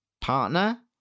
partner